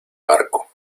barco